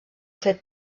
fet